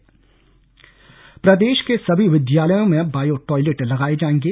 निर्देश प्रदेश के सभी विद्यालयों में बॉयो टॉयलेट लगाए जाएगे